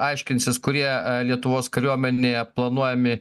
aiškinsis kurie lietuvos kariuomenėje planuojami